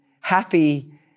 happy